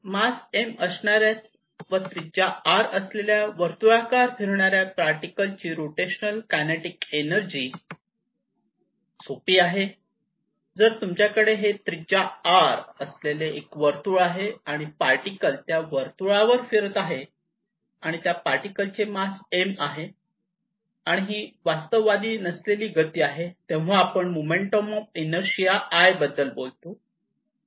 मास m असणाऱ्या व त्रिज्या r असलेल्या वर्तुळावर फिरणाऱ्या पार्टिकल ची रोटेशनल कायनेटिक एनर्जी सोपी आहे जर तुमच्याकडे हे त्रिज्या r असलेले एक वर्तुळ आहे आणि पार्टिकल त्या वर्तुळावर फिरत आहे आणि त्या पार्टिकल चे मास m आहे आणि ही वास्तववादी नसलेली गती आहे तेव्हा आपण मोमेंट ऑफ इनर्शिया I बद्दल बोलतो